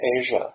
Asia